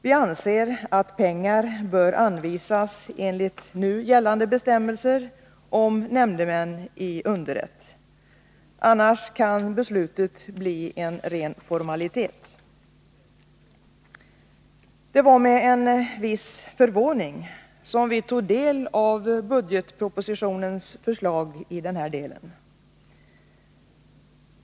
Vi anser att pengar bör anvisas enligt nu gällande bestämmelser om nämndemän i underrätt. Annars kan beslutet bli en ren formalitet. Det var med viss förvåning som vi tog del av budgetpropositionens förslag i denna del.